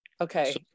okay